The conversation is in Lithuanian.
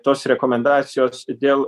tos rekomendacijos dėl